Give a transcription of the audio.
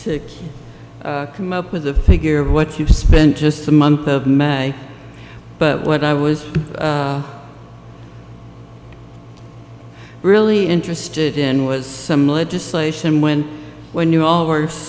to come up with a figure of what you spent just a month of may but what i was really interested in was some legislation when when you all w